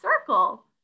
circle